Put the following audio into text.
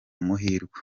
muhirwa